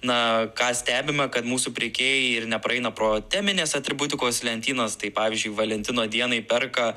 na ką stebime kad mūsų pirkėjai ir nepraeina pro teminės atributikos lentynas tai pavyzdžiui valentino dienai perka